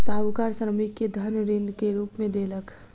साहूकार श्रमिक के धन ऋण के रूप में देलक